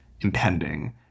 impending